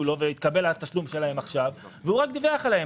לו והתקבל התשלום שלהם עכשיו והוא רק דיווח עליהם.